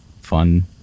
fun